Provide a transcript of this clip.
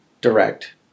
direct